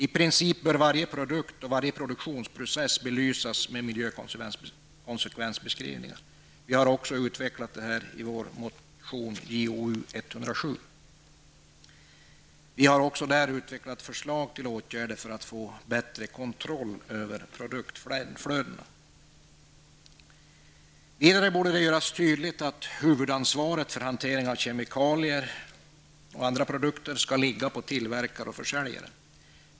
I princip bör varje produkt och produktionsprocess belysas med miljökonsekvensbeskrivningar. Vi har också utvecklat det här i vår motion Jo107. Vi har även där utvecklat förslag till åtgärder för att få bättre kontroll över produktflödena. Det borde vidare göras tydligt att huvudansvaret för hantering av kemikalier och andra produkter skall ligga på tillverkare och försäljare.